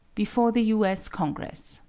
before the u s. congress.